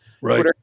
Right